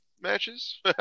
matches